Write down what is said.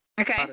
Okay